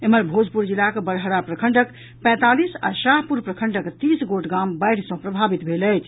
एम्हर भोजपुर जिलाक बड़हरा प्रखंडक पैंतालीस आ शाहपुर प्रखंडक तीस गोट गाम बाढ़ि सँ प्रभावित भेल अछि